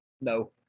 No